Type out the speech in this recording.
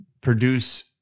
produce